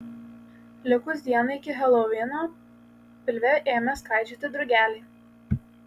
likus dienai iki helovino pilve ėmė skraidžioti drugeliai